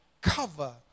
cover